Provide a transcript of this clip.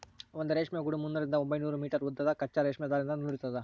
ಒಂದು ರೇಷ್ಮೆ ಗೂಡು ಮುನ್ನೂರರಿಂದ ಒಂಬೈನೂರು ಮೀಟರ್ ಉದ್ದದ ಕಚ್ಚಾ ರೇಷ್ಮೆ ದಾರದಿಂದ ನೂಲಿರ್ತದ